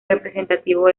representativo